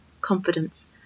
confidence